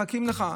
מחכים לך,